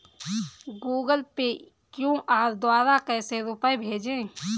Google Pay QR द्वारा कैसे रूपए भेजें?